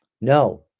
No